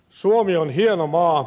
suomi on hieno maa